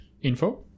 info